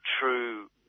true